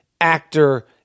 actor